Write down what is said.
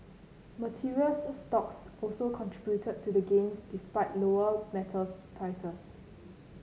materials stocks also contributed to the gains despite lower metals prices